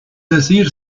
decir